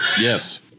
Yes